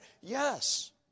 Yes